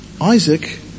Isaac